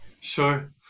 Sure